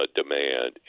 demand